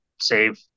save